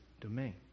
domain